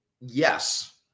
Yes